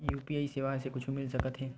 UPI सेवाएं से कुछु मिल सकत हे?